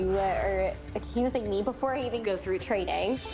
yeah you're accusing me before i even go through training.